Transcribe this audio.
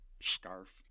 scarf